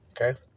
Okay